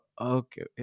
okay